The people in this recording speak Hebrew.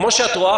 כמו שאת רואה,